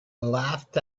laughed